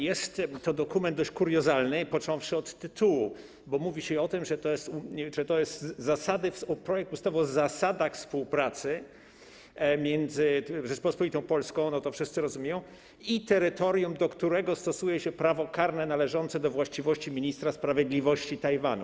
Jest to dokument dość kuriozalny począwszy od tytułu, bo mówi się o tym, że jest to projekt ustawy o zasadach współpracy między Rzecząpospolitą Polską - to wszyscy rozumieją - i terytorium, do którego stosuje się prawo karne należące do właściwości ministra sprawiedliwości Tajwanu.